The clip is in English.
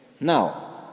Now